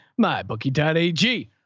MyBookie.ag